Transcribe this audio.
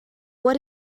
what